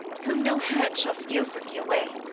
whom no hand shall steal from me away